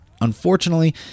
unfortunately